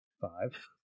Five